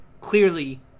clearly